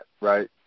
right